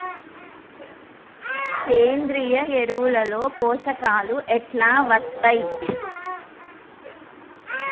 సేంద్రీయ ఎరువుల లో పోషకాలు ఎట్లా వత్తయ్?